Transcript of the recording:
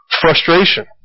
frustration